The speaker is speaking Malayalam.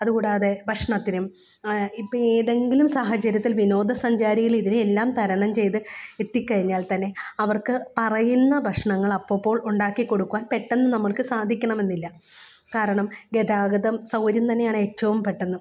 അതുകൂടാതെ ഭക്ഷണത്തിനും ഇപ്പം ഏതെങ്കിലും സാഹചര്യത്തിൽ വിനോദസഞ്ചാരികൾ ഇതിനെയെല്ലാം തരണം ചെയ്ത് എത്തിക്കഴിഞ്ഞാൽ തന്നെ അവർക്ക് പറയുന്ന ഭക്ഷണങ്ങൾ അപ്പപ്പോൾ ഉണ്ടാക്കി കൊടുക്കുവാൻ പെട്ടന്ന് നമ്മൾക്ക് സാധിക്കണമെന്നില്ല കാരണം ഗതാഗതം സൗകര്യം തന്നെയാണ് ഏറ്റവും പെട്ടന്ന്